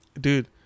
dude